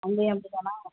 அங்கேயும் அப்படிதானா